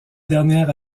dernière